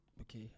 okay